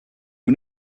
you